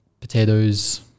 potatoes